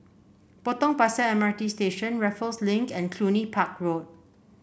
Potong Pasir M R T Station Raffles Link and Cluny Park Road